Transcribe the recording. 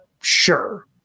Sure